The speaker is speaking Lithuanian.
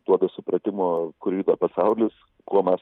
duoda supratimo kur juda pasaulis kuo mes